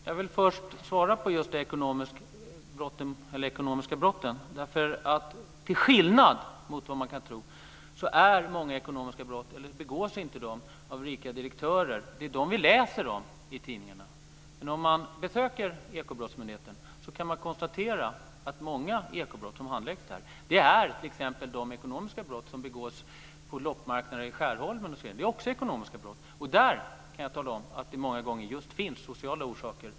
Herr talman! Jag vill först svara på frågan om de ekonomiska brotten. Till skillnad mot vad man kan tro så begås inte så många ekonomiska brott av rika direktörer. Det är dem som vi läser om i tidningarna, men om man besöker Ekobrottsmyndigheten så kan man konstatera att många ekobrott som handläggs där är t.ex. de ekonomiska brott som begås på loppmarknaden i Skärholmen osv. Det är också ekonomiska brott! Och bakom den brottsligheten kan jag tala om att det många gånger finns just sociala orsaker.